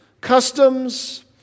customs